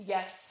Yes